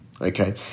Okay